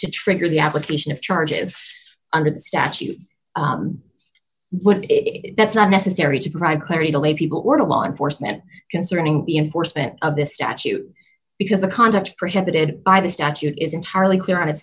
to trigger the application of charges under the statute but it that's not necessary to pride clarity the way people were to law enforcement concerning the enforcement of this statute because the conduct prohibited by the statute is entirely clear on